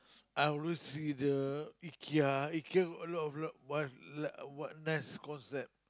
I always see the Ikea Ikea got a lot a lot of what like what nice concept